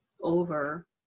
over